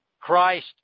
Christ